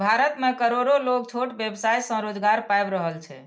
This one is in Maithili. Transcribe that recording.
भारत मे करोड़ो लोग छोट व्यवसाय सं रोजगार पाबि रहल छै